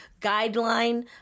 guideline